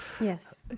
Yes